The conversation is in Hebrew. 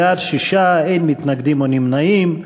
בעד, 6, אין מתנגדים או נמנעים.